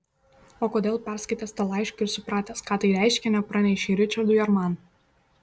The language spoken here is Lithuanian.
o kodėl perskaitęs tą laišką ir supratęs ką tai reiškia nepranešei ričardui ar man